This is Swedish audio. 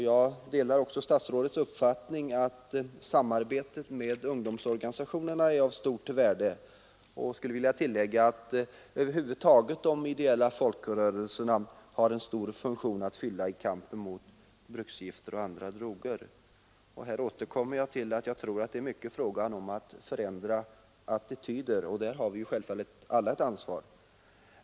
Jag delar också statsrådets uppfattning att samarbetet med ungdomsorganisationerna är av stort värde och skulle vilja tillägga att de ideella folkrörelserna över huvud taget har en stor funktion att fylla i kampen mot bruksgifter och andra droger. Här återkommer jag till att det i mycket är fråga om att ändra attityder, och därvidalag har vi självfallet alla ett ansvar.